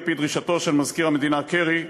על-פי דרישתו של מזכיר המדינה קרי,